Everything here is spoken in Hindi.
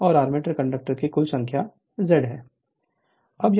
और आर्मेचर कंडक्टरों की कुल संख्या Z है